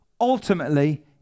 Ultimately